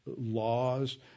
laws